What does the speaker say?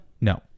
No